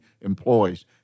employees